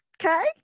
Okay